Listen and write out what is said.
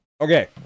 Okay